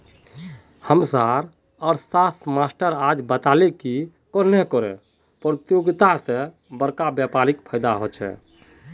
हम्चार अर्थ्शाश्त्रेर मास्टर आज बताले की कन्नेह कर परतियोगिता से बड़का व्यापारीक फायेदा होचे